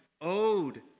owed